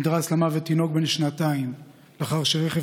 נדרס למוות תינוק בן שנתיים לאחר שרכב